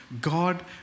God